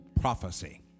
prophecy